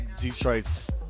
Detroit's